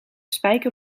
spijker